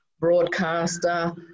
broadcaster